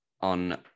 on